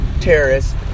terrorists